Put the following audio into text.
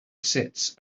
sits